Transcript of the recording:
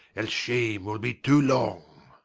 else shame will be too long.